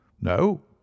No